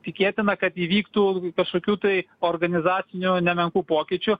tikėtina kad įvyktų kažkokių tai organizacinių nemenkų pokyčių